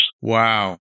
Wow